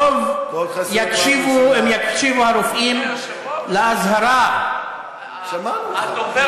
ולכן, טוב אם יקשיבו הרופאים לאזהרה הזו.